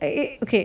eh eh okay